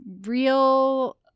real